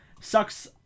Sucks